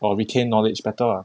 or retain knowledge better ah